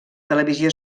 televisió